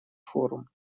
форум